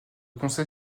conseil